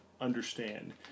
understand